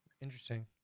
interesting